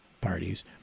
parties